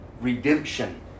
Redemption